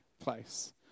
place